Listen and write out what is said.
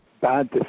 Bad